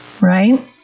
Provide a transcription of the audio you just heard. right